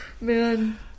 Man